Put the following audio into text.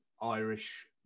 Irish